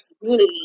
community